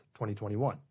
2021